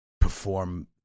perform